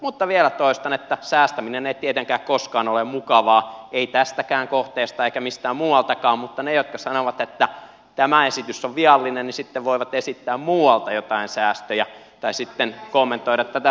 mutta vielä toistan että säästäminen ei tietenkään koskaan ole mukavaa ei tästäkään kohteesta eikä mistään muualtakaan mutta ne jotka sanovat että tämä esitys on viallinen sitten voivat esittää muualta joitain säästöjä tai sitten kommentoida tätä sisällölli sesti